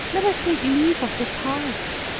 let us take leave of the past.